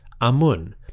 Amun